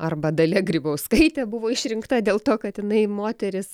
arba dalia grybauskaitė buvo išrinkta dėl to kad jinai moteris